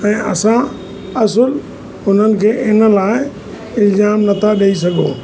ऐं असां असुल उन्हनि खे इन लाइ इल्ज़ामु नथा ॾेई सघूं